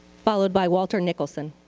followed by walter nicholson.